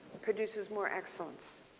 produces more excellence.